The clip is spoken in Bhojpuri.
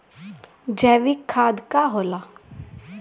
जैवीक खाद का होला?